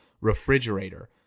refrigerator